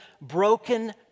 broken